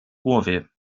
głowie